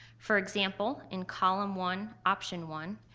for example, in column one option one,